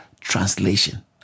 translation